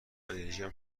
انرژیم